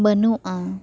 ᱵᱟᱹᱱᱩᱜᱼᱟ